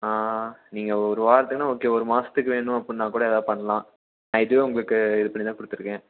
நீங்கள் ஒரு வாரத்துக்குனால் ஓகே ஒரு மாதத்துக்கு வேணும் அப்புடினாக்கூட எதாவது பண்ணலாம் நான் இதுவே உங்களுக்கு இது பண்ணிதான் கொடுத்துருக்கேன்